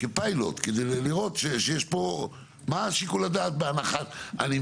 כפיילוט, לראות שיש פה, מה שיקול הדעת בהנחה.